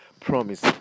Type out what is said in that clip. promise